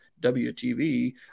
WTV